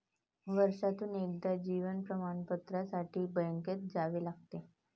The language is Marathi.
वर्षातून एकदा जीवन प्रमाणपत्रासाठी बँकेत जावे लागते